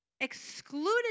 excluded